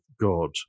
God